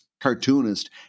cartoonist